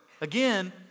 Again